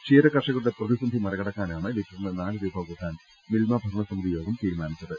ക്ഷീര കർഷകരുടെ പ്രതി സന്ധി മറികടക്കാനാണ് ലിറ്ററിന് നാല് രൂപ കൂട്ടാൻ മിൽമ ഭരണ സമിതിയോഗം തീരുമാനിച്ചത്